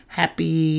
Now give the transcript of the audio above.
happy